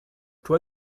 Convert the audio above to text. toi